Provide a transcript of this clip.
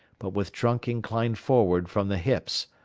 but with trunk inclined forward from the hips,